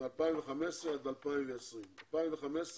מ-2015 עד 2020: בשנת 2015